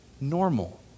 normal